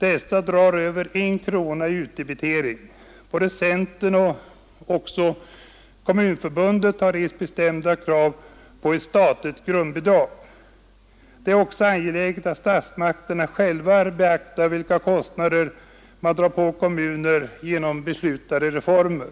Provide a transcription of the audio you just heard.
Dessa tillägg drar över 1 skattekrona i utdebitering. Både centern och Kommunförbundet har rest bestämda krav på ett statligt grundbidrag. Det är också angeläget att statsmakterna själva beaktar vilka kostnader de förorsakar kommunerna genom beslutade reformer.